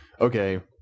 okay